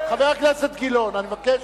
חבר הכנסת גילאון, אני מבקש.